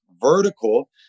vertical